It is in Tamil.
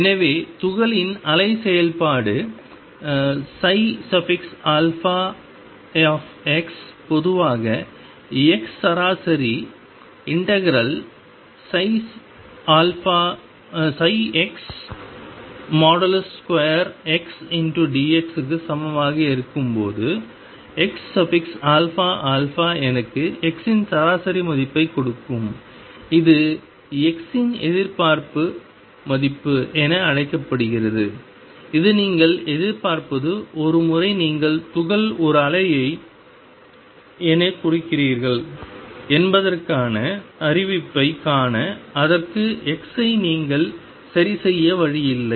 எனவே துகள்களின் அலை செயல்பாடு பொதுவாக x சராசரி ∫ψ2xdx க்கு சமமாக இருக்கும் போது xαα எனக்கு x இன் சராசரி மதிப்பைக் கொடுக்கும் இது x இன் எதிர்பார்ப்பு மதிப்பு என அழைக்கப்படுகிறது இது நீங்கள் எதிர்பார்ப்பது ஒரு முறை நீங்கள் துகள் ஒரு அலை எனக் குறிக்கிறீர்கள் என்பதற்கான அறிவிப்பைக் காண அதற்கான x ஐ நீங்கள் சரிசெய்ய வழி இல்லை